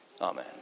Amen